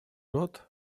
рот